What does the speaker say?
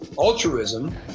altruism